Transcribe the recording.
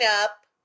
up